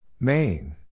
Main